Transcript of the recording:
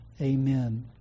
amen